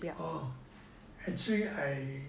oo actually I